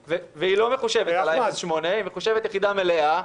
והיא לא מחושבת לפי 0.8 אלא היא מחושבת על פי יחידה מלאה,